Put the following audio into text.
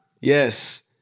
Yes